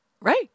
right